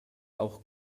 auch